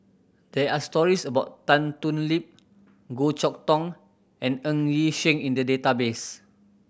there are stories about Tan Thoon Lip Goh Chok Tong and Ng Yi Sheng in the database